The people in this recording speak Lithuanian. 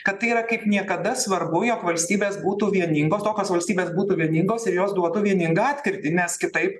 kad tai yra kaip niekada svarbu jog valstybės būtų vieningos tokios valstybės būtų vieningos ir jos duotų vieningą atkirtį nes kitaip